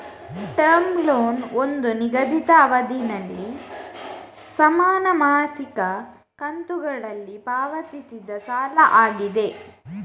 term loan ಒಂದು ನಿಗದಿತ ಅವಧಿನಲ್ಲಿ ಸಮಾನ ಮಾಸಿಕ ಕಂತುಗಳಲ್ಲಿ ಪಾವತಿಸಿದ ಸಾಲ ಆಗಿದೆ